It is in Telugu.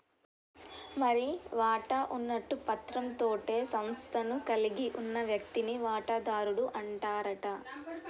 మరి వాటా ఉన్నట్టు పత్రం తోటే సంస్థను కలిగి ఉన్న వ్యక్తిని వాటాదారుడు అంటారట